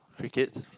crickets